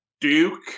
Duke